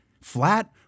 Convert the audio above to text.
Flat